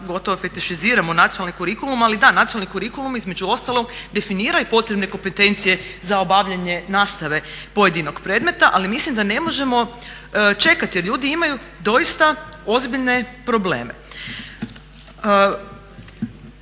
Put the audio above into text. gotovo fetišiziramo nacionalni kurikulum, ali da nacionalni kurikulum između ostalog definira i potrebne kompetencije za obavljanje nastave pojedinog predmeta, ali mislim da ne možemo čekati. Ljudi imaju doista ozbiljne probleme.